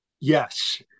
Yes